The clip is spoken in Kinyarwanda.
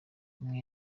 umwe